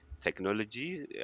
Technology